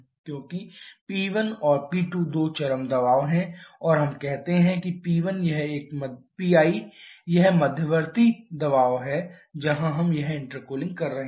क्योंकि P1 और P2 दो चरम दबाव हैं और हम कहते हैं कि PI यह मध्यवर्ती दबाव है जहां हम यह इंटरकूलिंग कर रहे हैं